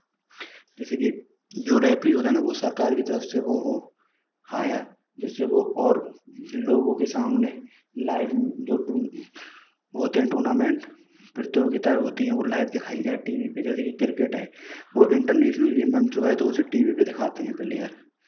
जैसे कि जो रेफ़री होता है ना वो सरकार की तरफ से वो हो हायर जिससे वो और लोगों के सामने लाइव जो टून वो होते हैं टूर्नामेंट प्रतियोगिताएँ होती हैं वो लाइव दिखाई जाए टी वी पे जैसे कि क्रिकेट है वो इंटरनेशनल गेम बन चुका है तो उसे टी वी पे दिखाते हैं प्लेयर